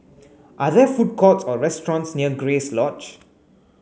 are there food courts or restaurants near Grace Lodge